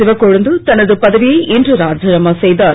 சிவக்கொழுந்து தனது பதவியை இன்று ராஜினாமா செய்தார்